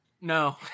No